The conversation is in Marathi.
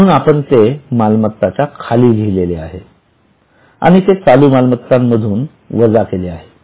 म्हणून आपण ते मालमत्तांच्या खाली लिहिले आहे आणि ते चालू मालमत्तां मधून वजा केले आहे